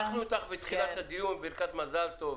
בירכנו אותך בתחילת הדיון בברכת מזל טוב.